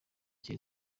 cya